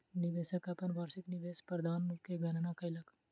निवेशक अपन वार्षिक निवेश प्रदर्शन के गणना कयलक